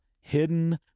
hidden